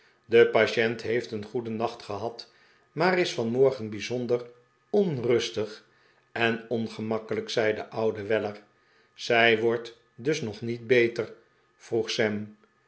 de patient heeft een goeden nacht gehad maar is vanmorgen bijzonder onrustig en ongemakkelijk zei de oude weller zij wordt dus nog niet beter vroeg sam